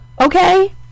Okay